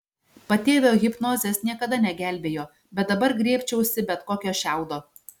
patėvio hipnozės niekada negelbėjo bet dabar griebčiausi bet kokio šiaudo